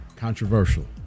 Controversial